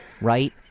Right